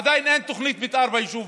עדיין אין תוכנית מתאר ביישוב